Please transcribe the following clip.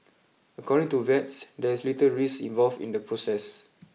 according to vets there is little risk involved in the process